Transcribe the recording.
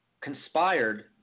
conspired